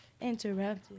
interrupted